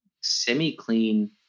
semi-clean